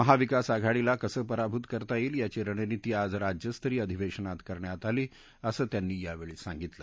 महाविकास आघाडीला कसं पराभूत करता येईल याची रणनिती आज राज्यस्तरिय अधिवेशनात करण्यात आली असं त्यांनी यावेळी सांगितलं